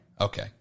Okay